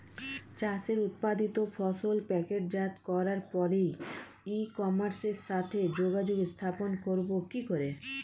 চাষের উৎপাদিত ফসল প্যাকেটজাত করার পরে ই কমার্সের সাথে যোগাযোগ স্থাপন করব কি করে?